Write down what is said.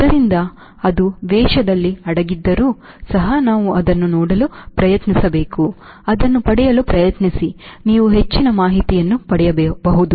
ಆದ್ದರಿಂದ ಅದು ವೇಷದಲ್ಲಿ ಅಡಗಿದ್ದರೂ ಸಹ ನಾವು ಅದನ್ನು ನೋಡಲು ಪ್ರಯತ್ನಿಸಬೇಕು ಅದನ್ನು ಪಡೆಯಲು ಪ್ರಯತ್ನಿಸಿ ನೀವು ಹೆಚ್ಚಿನ ಮಾಹಿತಿಯನ್ನು ಪಡೆಯಬಹುದು